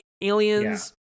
aliens